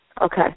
Okay